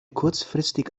kurzfristig